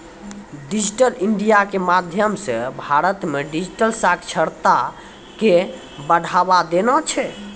digital India के माध्यम से भारत मे डिजिटल साक्षरता के बढ़ावा देना छै